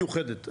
מיוחדת.